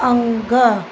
अंगु